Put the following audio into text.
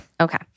Okay